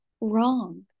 wrong